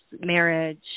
marriage